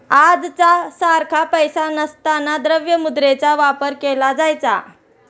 आजच्या सारखा पैसा नसताना द्रव्य मुद्रेचा वापर केला जायचा